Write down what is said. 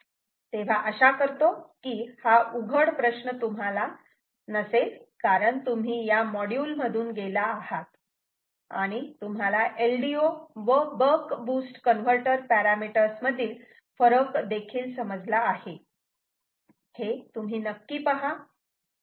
तेव्हा आशा करतो की हा उघड प्रश्न तुम्हाला नसेल कारण तुम्ही या मॉड्यूल मधून गेला आहात आणि तुम्हाला LDO व बक बूस्ट कन्व्हर्टर पॅरामीटर्स मधील फरक देखील समजला आहे हे तुम्ही नक्की पहा